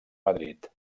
madrid